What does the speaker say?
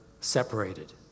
separated